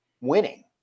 winning